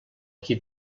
qui